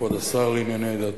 כבוד השר לענייני דתות,